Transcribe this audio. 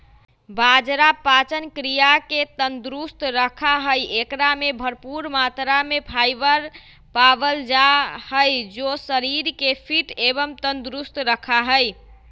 बाजरा पाचन क्रिया के तंदुरुस्त रखा हई, एकरा में भरपूर मात्रा में फाइबर पावल जा हई जो शरीर के फिट एवं तंदुरुस्त रखा हई